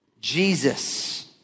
Jesus